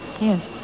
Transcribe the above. Yes